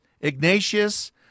Ignatius